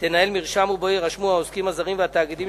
תנהל מרשם ובו יירשמו העוסקים הזרים והתאגידים